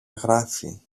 γράφει